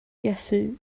iesu